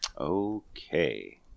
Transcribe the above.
Okay